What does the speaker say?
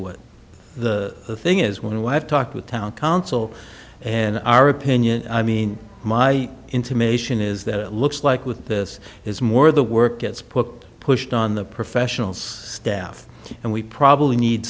what the thing is when we have talked with town council and our opinion i mean my intimation is that it looks like with this is more the work gets put pushed on the professionals staff and we probably need